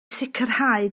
sicrhau